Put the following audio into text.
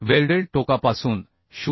welded टोकापासून 0